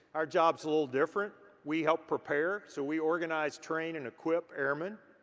our job's a little different. we help prepare so we organize, train and equip airmen.